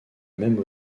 même